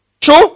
True